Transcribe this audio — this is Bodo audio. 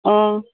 अ